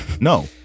No